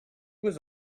was